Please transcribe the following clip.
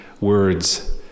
words